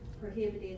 prohibited